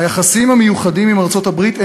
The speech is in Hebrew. היחסים המיוחדים עם ארצות-הברית הם